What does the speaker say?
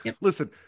listen